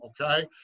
okay